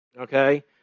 okay